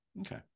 okay